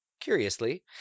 curiously